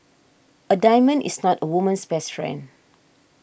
a diamond is not a woman's best friend